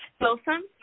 Wilson